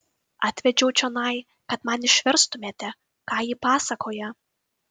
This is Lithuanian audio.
atvedžiau čionai kad man išverstumėte ką ji pasakoja